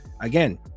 again